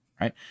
right